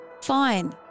Fine